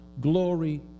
Glory